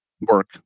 work